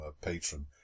patron